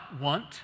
want